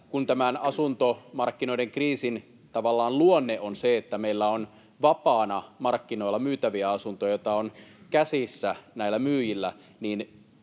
tämän asuntomarkkinoiden kriisin tavallaan luonne on se, että meillä on vapaana markkinoilla myytäviä asuntoja, joita on käsissä näillä myyjillä,